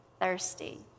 thirsty